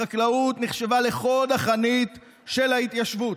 החקלאות נחשבה לחוד החנית של ההתיישבות,